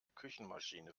küchenmaschine